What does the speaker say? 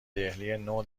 دهلینو